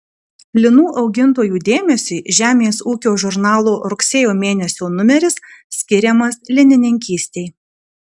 linų augintojų dėmesiui žemės ūkio žurnalo rugsėjo mėnesio numeris skiriamas linininkystei